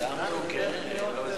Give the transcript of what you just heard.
האם להצביע הצבעה אישית?